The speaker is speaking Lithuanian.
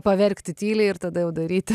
paverkti tyliai ir tada jau daryti